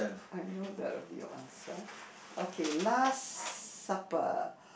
I know that will be your answer okay last supper